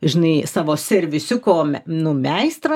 žinai savo servisiuko nu meistrą